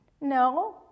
no